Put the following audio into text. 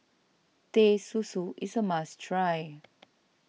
Teh Susu is a must try